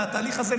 מהתהליך הזה,